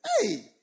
Hey